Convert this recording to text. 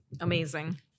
Amazing